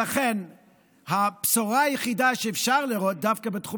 ,לכן הבשורה היחידה שאפשר לראות דווקא בתחום